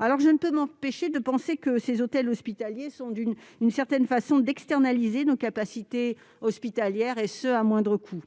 Aussi, je ne peux m'empêcher de penser que ces hôtels hospitaliers participent, d'une certaine façon, à l'externalisation de nos capacités hospitalières et ce, à moindre coût.